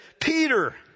Peter